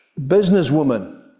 businesswoman